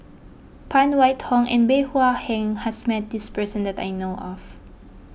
Phan Wait Hong and Bey Hua Heng has met this person that I know of